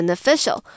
official